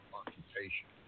occupation